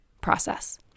process